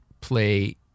play